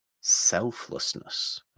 selflessness